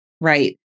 right